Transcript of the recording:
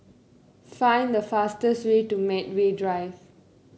find the fastest way to Medway Drive